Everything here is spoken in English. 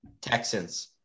Texans